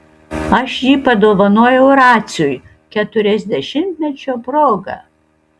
aš jį padovanojau raciui keturiasdešimtmečio proga